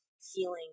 feeling